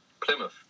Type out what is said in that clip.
Plymouth